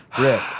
Rick